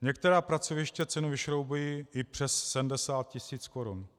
Některá pracoviště cenu vyšroubují i přes 70 tisíc korun.